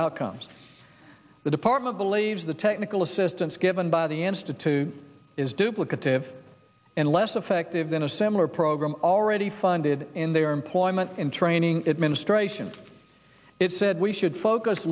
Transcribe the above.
outcomes the department believes the technical assistance given by the institute is duplicative and less effective than a similar program already funded in their employment and training administration it said we should focus